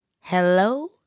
hello